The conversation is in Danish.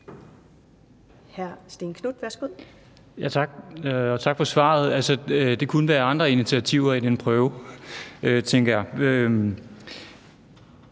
tak for svaret. Altså, det kunne være andre initiativer end en prøve, tænker jeg.